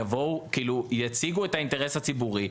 יציגו את האינטרס הציבורי,